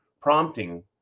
prompting